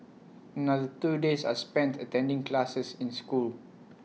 another two days are spent attending classes in school